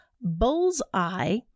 bullseye